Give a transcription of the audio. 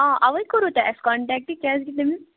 آ اَوے کورو تۄہہِ اَسہِ کَنٹیکٹ کیازِ کہِ تٔمس